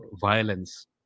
violence